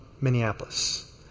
Minneapolis